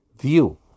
view